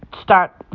start